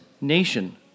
nation